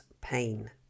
pain